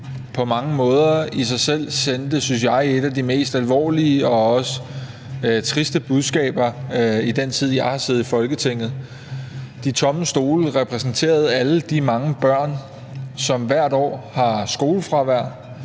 på mange måder i sig selv sendte, synes jeg, et af de mest alvorlige og triste budskaber i den tid, jeg har siddet i Folketinget: De tomme stole repræsenterede alle de mange børn, som hvert år har skolefravær,